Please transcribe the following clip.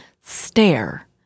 stare